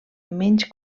menys